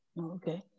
Okay